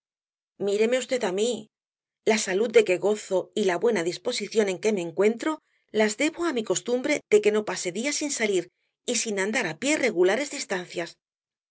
míreme v á mí la salud de que gozo y la buena disposición en que me encuentro las debo á mi costumbre de que no pase día sin salir y sin andar á pié regulares distancias